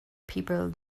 people